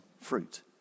fruit